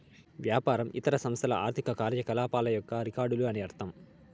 వ్యాపారం ఇతర సంస్థల ఆర్థిక కార్యకలాపాల యొక్క రికార్డులు అని అర్థం